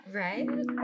right